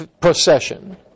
procession